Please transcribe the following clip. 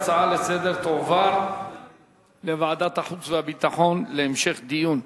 ההצעה לסדר-היום תועבר לוועדת החוץ והביטחון להמשך דיון.